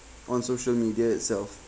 on social media itself